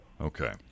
Okay